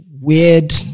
weird